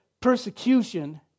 persecution